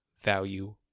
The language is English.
value